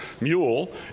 mule